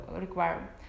require